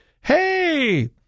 hey